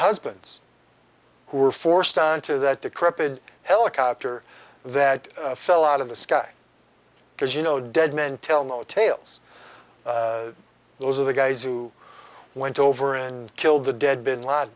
husbands who were forced onto that decrepid helicopter that fell out of the sky because you know dead men tell no tales those are the guys who went over and killed the dead bin ladden